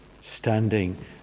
standing